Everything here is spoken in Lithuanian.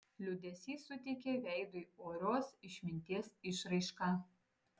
liūdesys suteikė veidui orios išminties išraišką